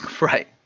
Right